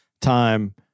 time